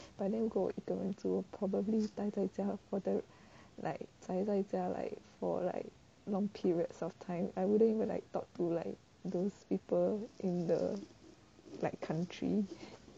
but then 如果我一个人住 probably 待在家 for the like 宅在家 like for like long periods of time I wouldn't even like talk to like those people in the like country